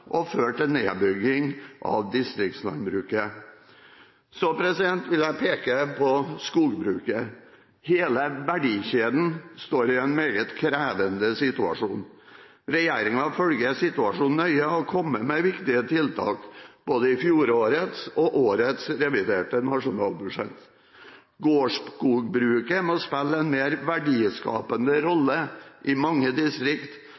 og føre til nedbygging av distriktslandbruket. Så vil jeg peke på skogbruket. Hele verdikjeden står i en meget krevende situasjon. Regjeringen følger situasjonen nøye og har kommet med viktige tiltak i både fjorårets og årets reviderte nasjonalbudsjett. Gårdsskogbruket må spille en mer verdiskapende